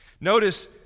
notice